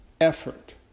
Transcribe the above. effort